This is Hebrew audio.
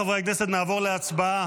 חברי הכנסת, נעבור להצבעה.